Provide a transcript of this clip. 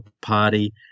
Party